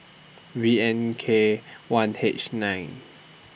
V N K one H nine